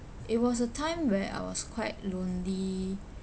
it was a time where I was quite lonely